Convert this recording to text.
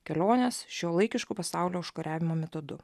kelionės šiuolaikišku pasaulio užkariavimo metodu